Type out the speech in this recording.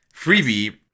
Freebie